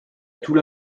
tout